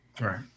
Right